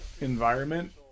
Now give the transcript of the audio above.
environment